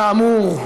כאמור,